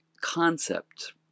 concept